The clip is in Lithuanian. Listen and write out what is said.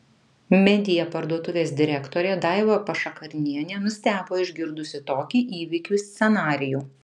media parduotuvės direktorė daiva pašakarnienė nustebo išgirdusi tokį įvykių scenarijų